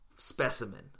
Specimen